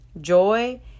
joy